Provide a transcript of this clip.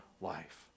life